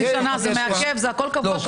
חצי שנה זה מעקב, זה הכול קבוע שם.